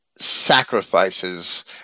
sacrifices